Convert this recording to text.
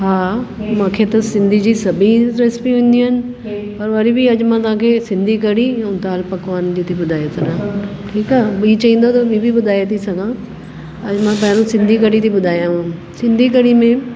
हा मूंखे त सिंधी जी सभी रेस्पियूं ईंदियूं आहिनि और वरी बि अॼु तव्हांखे सिंधी कढ़ी ऐं दाल पकवान जो थी ॿुधाए छॾा ठीकु आहे ॿीं चईंदव त ॿीं बि ॿुधाए थी सघां अॼु मां पहिरियों सिंधी कढ़ी थी ॿुधायांव सिंधी कढ़ी में